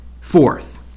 Fourth